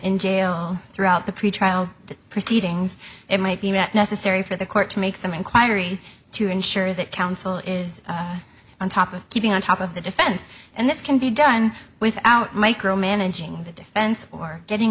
in jail throughout the pretrial proceedings it might be met necessary for the court to make some inquiry to ensure that counsel is on top of keeping on top of the defense and this can be done without micromanaging the defense or getting